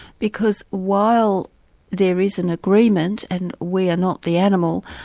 because while there is an agreement and we are not the animal,